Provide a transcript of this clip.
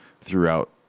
throughout